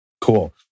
Cool